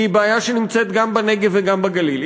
היא בעיה שנמצאת גם בנגב וגם בגליל,